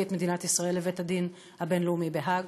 את מדינת ישראל לבית-הדין הבין-לאומי בהאג.